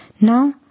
Now